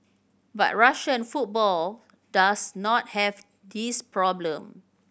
but Russian football does not have this problem